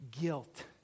guilt